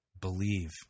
Believe